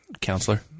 Counselor